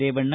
Revanna